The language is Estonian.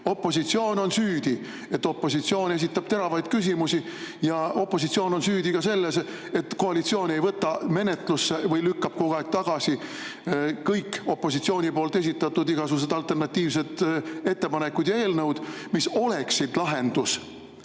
Opositsioon on süüdi, et opositsioon esitab teravaid küsimusi, ja opositsioon on süüdi ka selles, et koalitsioon ei võta menetlusse või lükkab kogu aeg tagasi kõik opositsiooni poolt esitatud alternatiivsed ettepanekud ja eelnõud, mis oleksid lahendus